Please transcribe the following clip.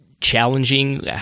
challenging